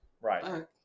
Right